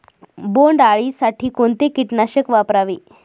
बोंडअळी साठी कोणते किटकनाशक वापरावे?